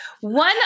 One